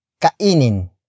Kainin